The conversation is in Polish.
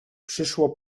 przyszło